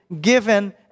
given